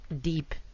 deep